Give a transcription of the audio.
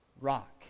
rock